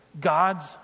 God's